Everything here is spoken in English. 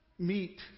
meet